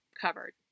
covered